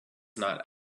not